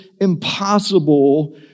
impossible